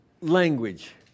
Language